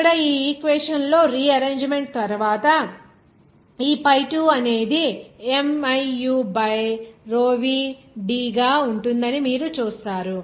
ఇక్కడ ఈ ఈక్వేషన్ లోరిఆరంజిమెంట్ తరువాత ఈ pi 2 అనేది miu by rho v d గా ఉంటుందని మీరు చూస్తారు